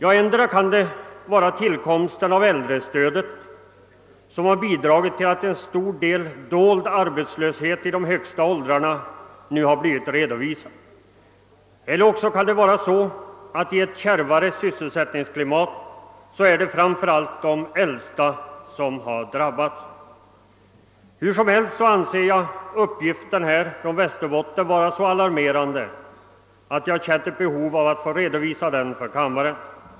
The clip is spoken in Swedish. Antingen kan det vara tillkomsten av äldrestödet som bidragit till att en stor del dold arbetslöshet i de högsta åldrarna nu blivit redovisad eller också kan det vara så att det i ett kärvare sysselsättningsklimat framför allt är de äldsta som drabbas. Hur som helst anser jag uppgiften från Västerbotten vara så alarmerande att jag känt ett behov av att redovisa den för kammaren.